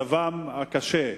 מצבן קשה,